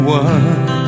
one